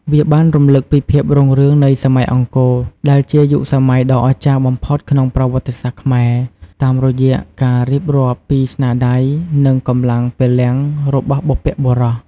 វាបានរំឭកពីភាពរុងរឿងនៃសម័យអង្គរ ដែលជាយុគសម័យដ៏អស្ចារ្យបំផុតក្នុងប្រវត្តិសាស្ត្រខ្មែរ តាមរយៈការរៀបរាប់ពីស្នាដៃ និងកម្លាំងពលំរបស់បុព្វបុរស។